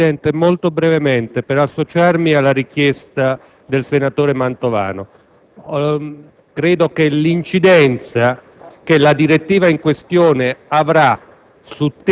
intervengo molto brevemente per associarmi alla richiesta del senatore Mantovano. Credo che l'incidenza che la direttiva in questione avrà